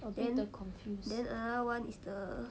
a bit the confused